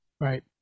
right